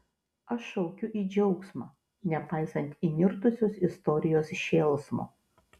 aš šaukiu į džiaugsmą nepaisant įnirtusios istorijos šėlsmo